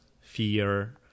fear